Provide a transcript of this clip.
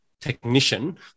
technician